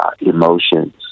emotions